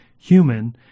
human